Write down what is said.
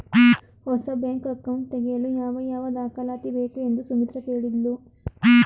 ಹೊಸ bank account ತೆಗೆಯಲು ಯಾವ ಯಾವ ದಾಖಲಾತಿ ಬೇಕು ಎಂದು ಸುಮಿತ್ರ ಕೇಳಿದ್ಲು